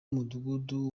w’umudugudu